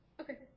Okay